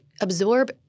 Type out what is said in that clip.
absorb